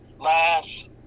last